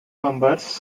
bombers